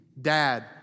Dad